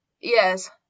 Yes